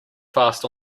fast